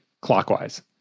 clockwise